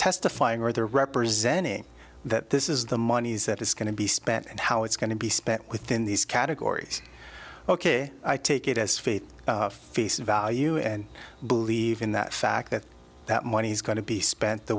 testifying or they're representing that this is the monies that is going to be spent and how it's going to be spent within these categories ok i take it as faith face value and believe in that fact that that money's going to be spent the